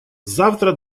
завтра